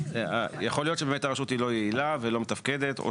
שבאמת הרשות היא לא יעילה ולא מתפקדת,